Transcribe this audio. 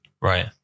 Right